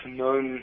known